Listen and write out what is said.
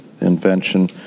invention